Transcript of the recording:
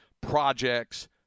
projects